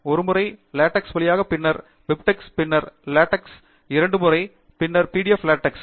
ஒருமுறை லெடெக்ஸ் வழியாக பின்னர் பிப்டெக்ஸ் பின்னர் லேடெக்ஸ் இரண்டு முறை பின்னர் பிடிஎப் லெடெக்ஸ்